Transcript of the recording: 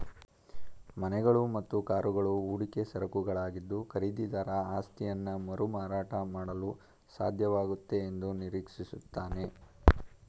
ಮನೆಗಳು ಮತ್ತು ಕಾರುಗಳು ಹೂಡಿಕೆ ಸರಕುಗಳಾಗಿದ್ದು ಖರೀದಿದಾರ ಆಸ್ತಿಯನ್ನಮರುಮಾರಾಟ ಮಾಡಲುಸಾಧ್ಯವಾಗುತ್ತೆ ಎಂದುನಿರೀಕ್ಷಿಸುತ್ತಾನೆ